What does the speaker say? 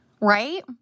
right